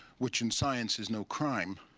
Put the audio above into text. which in science is no crime,